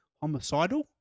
Homicidal